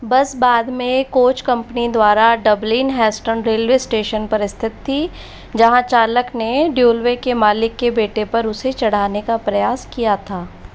बस बाद में कोच कंपनी द्वारा डबलिन हेस्टन रेलवे स्टेशन पर स्थित थी जहाँ चालक ने ड्यूलवे के मालिक के बेटे पर उसे चढ़ाने का प्रयास किया था